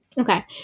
Okay